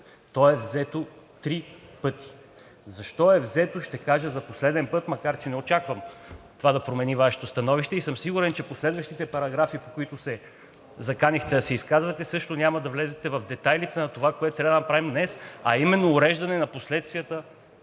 То е взето три пъти. Защо е взето ще кажа за последен път, макар че не очаквам това да промени Вашето становище и съм сигурен, че по следващите параграфи, по които се заканихте да се изказвате, също няма да влезете в детайлите на това, което трябва да направим днес, а именно уреждане на последствията